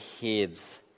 heads